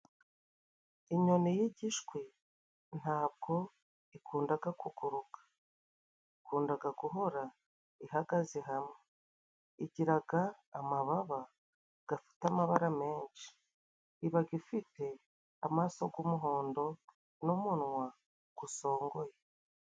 Inyoni y'igishwi ntabwo ikundaga kuguruka, ikundaga guhora ihagaze hamwe, igiraga amababa gafite amabara menshi, ibaga ifite amaso g'umuhondo n'umunwa gusongoye.